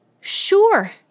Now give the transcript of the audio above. Sure